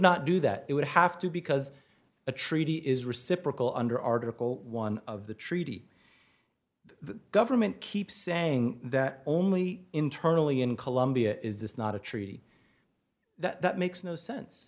not do that it would have to because a treaty is reciprocal under article one of the treaty the government keeps saying that only internally in colombia is this not a treaty that makes no sense